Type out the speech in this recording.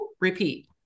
repeat